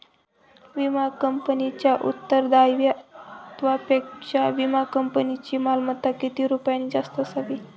विमा कंपनीच्या उत्तरदायित्वापेक्षा विमा कंपनीची मालमत्ता किती रुपयांनी जास्त असावी?